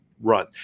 run